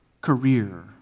career